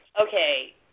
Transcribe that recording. okay